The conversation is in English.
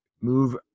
move